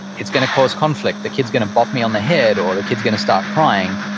it's going to cause conflict. the kid's going to bop me on the head or the kid's going to start crying.